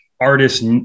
artists